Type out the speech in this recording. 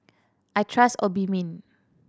I trust Obimin